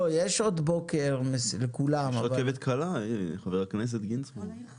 יש רכבת קלה חבר הכנסת גינזבורג.